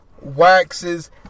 waxes